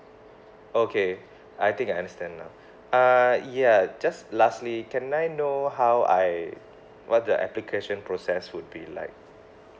okay I think I understand now uh ya just lastly can I know how I what the application process would be like